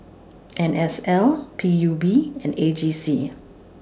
N S L P U B and A G C